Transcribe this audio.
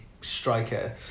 striker